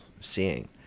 seeing